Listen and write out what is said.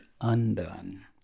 undone